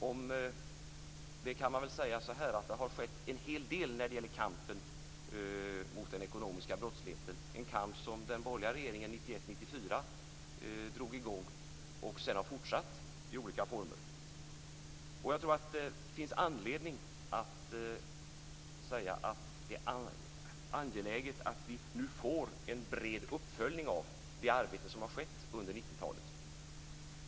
Om det kan man säga att det har skett en hel del när det gäller kampen mot den ekonomiska brottsligheten, en kamp som den borgerliga regeringen 1991-1994 drog i gång och som vi sedan har fortsatt i olika former. Jag tror att det finns anledning att säga att det är angeläget att vi nu får en bred uppföljning av det arbete som har skett under 90-talet.